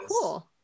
cool